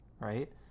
right